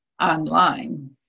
online